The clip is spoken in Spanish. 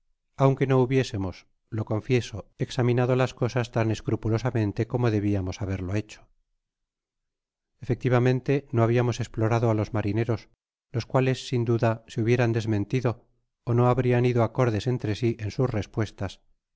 aunque no hubiésemos lo confieso examinado las cosas tan escrupulosamente como debiamos haberlo lieoho efectivamente tto habiamos esplorado á los marineros los cuales sin duda se hubieran desmentido ó no habrian ido acordes entre ú en sus respuestas